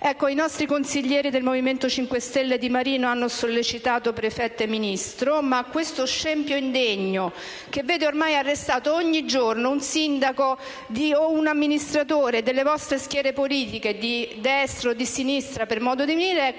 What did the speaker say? I nostri consiglieri del Movimento 5 Stelle di Marino hanno sollecitato prefetto e Ministro, ma questo scempio indegno, che vede ormai arrestato ogni giorno un sindaco o un amministratore delle vostre schiere politiche, di destra o di sinistra (per modo di dire),